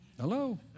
Hello